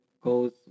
goes